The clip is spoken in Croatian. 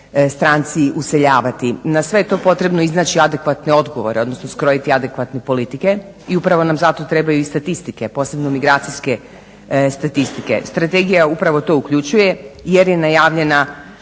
stranci useljavati. Na sve je to potrebno iznaći adekvatne odgovore odnosno skrojiti adekvatne politike i upravo nam zato trebaju statistike posebno migracijske statistike. Strategija upravo to uključuje jer je najavljeno